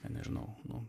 nežinau nu